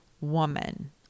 woman